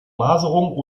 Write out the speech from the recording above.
maserung